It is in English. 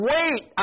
Wait